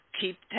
keep